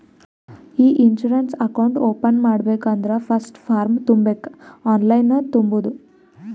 E insurance account open ಮಾಡ್ಬೇಕ ಅಂದುರ್ first form ತುಂಬಬೇಕ್ ಆನ್ಲೈನನ್ನು ತುಂಬೋದು